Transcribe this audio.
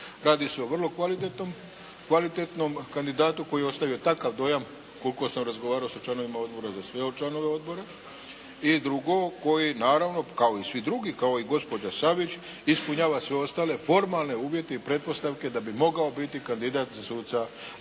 radi se o vrlo kvalitetnom kandidatu koji je ostavio takav dojam koliko sam razgovarao sa članovima odbora, za sve članove odbora. I drugo, koji naravno kao i svi drugi, kao i gospođa Savić, ispunjava sve ostale formalne uvjete i pretpostavke da bi mogao biti kandidat za suca